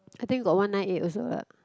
I think got one nine eight also uh